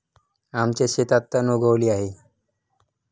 आमच्या शेतात तण उगवले आहे